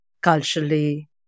culturally